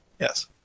Yes